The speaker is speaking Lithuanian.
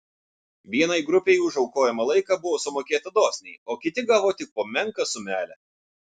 vienai grupei už aukojamą laiką buvo sumokėta dosniai o kiti gavo tik po menką sumelę